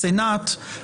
הסנט,